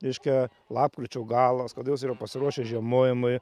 reiškia lapkričio galas kada jos yra pasiruošę žiemojimui